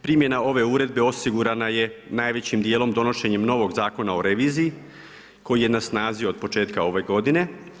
Primjena ove uredbe osigurana je najvećim dijelom donošenjem novog Zakona o reviziji koji je na snazi od početka ove godine.